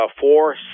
four